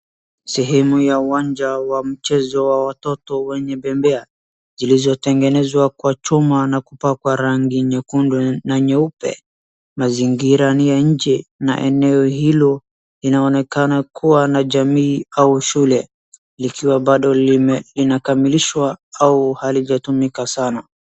Sehemu ya uwanja wa mchezo wa watoto wenye bembea, zilizo tengenezwa kwa chuma na kupakwa rangi nyekundu na nyeupe, mazingira ni ya nje, na eneo hilo linaonekana kuwa na jamii au shule, likiwa bado linakamilishwa au halijatumika sana.